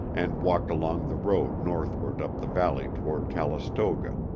and walked along the road northward up the valley toward calistoga.